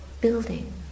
building